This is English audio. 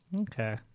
Okay